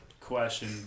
question